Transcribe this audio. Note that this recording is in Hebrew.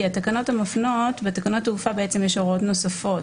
בתקנות התעופה יש הוראות נוספות,